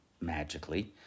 magically